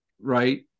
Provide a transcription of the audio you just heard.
Right